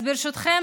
אז ברשותכם,